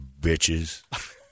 bitches